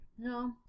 No